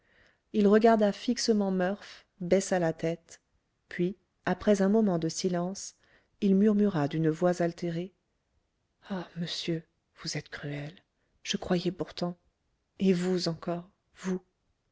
il regarda fixement murph baissa la tête puis après un moment de silence il murmura d'une voix altérée ah monsieur vous êtes cruel je croyais pourtant et vous encore vous